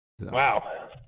Wow